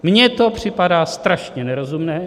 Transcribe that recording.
Mně to připadá strašně nerozumné.